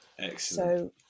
excellent